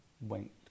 went